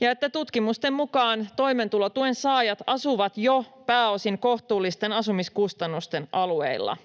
ja että tutkimusten mukaan toimeentulotuen saajat asuvat jo pääosin kohtuullisten asumiskustannusten alueilla.